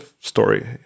story